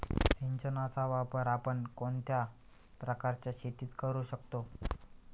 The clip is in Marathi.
सिंचनाचा वापर आपण कोणत्या प्रकारच्या शेतीत करू शकतो?